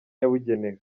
yabugenewe